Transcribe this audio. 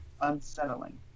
unsettling